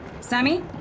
Sammy